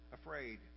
afraid